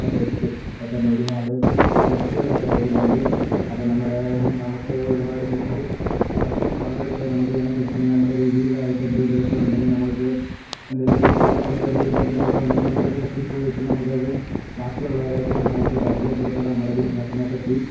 ഇപ്പം ഫെസ്റ്റ് ഇപ്പോൾത്തന്നെ ഒരുപാട് ഫെസ്റ്റുകളൊക്കെ വരുന്നുണ്ട് അപ്പം നമ്മുടെ നമുക്ക് ഒരുപാട് ഫെസ്റ്റ് ഫെസ്റ്റിന് പങ്കെടുക്കാം നമുക്ക് വേണേ ഫെസ്റ്റിന് നമ്മുടെ രീതിലായിട്ടെന്തെങ്കിലുമൊക്കെ ഉണ്ടെങ്കിൽ നമുക്ക് എന്തെങ്കിലും ബിസിനസ്സ് നമ്മുടെ രീതിയിലെന്തെങ്കിലും ഉണ്ടെങ്കിൽ നമുക്ക് ഫെസ്റ്റിൽപ്പോയിട്ട് നമുക്കത് ബാക്കിയുള്ളവരെ കൂടി നമുക്ക് പരിചയപ്പെടുത്താം നമ്മുടെ ബിസിനസ്സിനെപ്പറ്റി